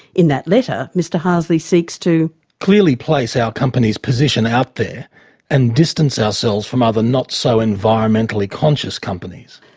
in that letter, mr harsley seeks to clearly place our company's position out there and distance ourselves from other not so environmentally conscious companies.